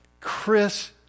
Chris